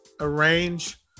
arrange